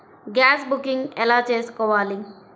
Gas booking ఎలా చేసుకోవాలి?